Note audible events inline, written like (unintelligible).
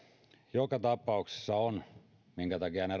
joka tapauksessa ongelma minkä takia ne (unintelligible)